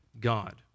God